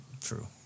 True